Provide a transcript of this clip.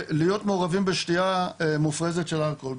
להיות מעורבים בשתייה מופרזת של אלכוהול,